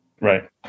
Right